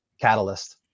catalyst